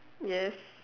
yes